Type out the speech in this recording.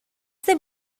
they